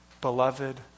beloved